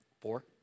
Four